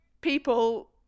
people